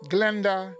Glenda